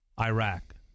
Iraq